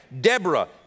Deborah